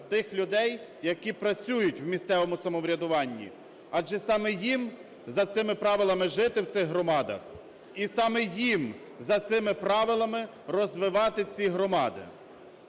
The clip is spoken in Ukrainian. тих людей, які працюють у місцевому самоврядуванні. Адже саме їм за цими правилами жити в цих громадах, і саме їм за цими правилами розвивати ці громади.